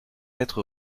être